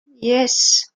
yes